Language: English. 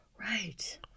Right